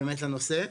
באמת לנושא.